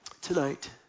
tonight